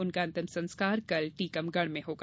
उनका अंतिम संस्कार कल टीकमगढ़ में होगा